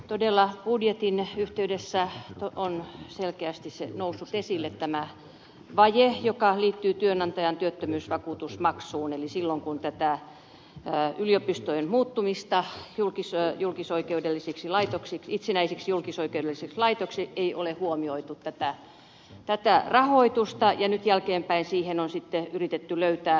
todella budjetin yhteydessä on selkeästi noussut esille tämä vaje joka liittyy työnantajan työttömyysvakuutusmaksuun eli silloin kun yliopistot ehdotettiin muutettaviksi itsenäisiksi julkisoikeudellisiksi laitoksiksi ei huomioitu tätä rahoitusta ja nyt jälkeenpäin siihen on sitten yritetty löytää ratkaisua